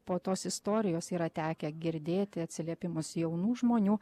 po tos istorijos yra tekę girdėti atsiliepimus jaunų žmonių